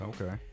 Okay